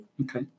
Okay